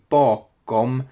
bakom